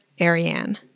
Ariane